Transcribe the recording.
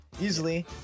easily